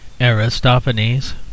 Aristophanes